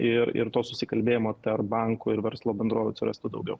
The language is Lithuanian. ir ir to susikalbėjimo tarp bankų ir verslo bendrovių atsirastų daugiau